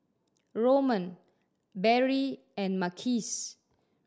Roman Berry and Marquise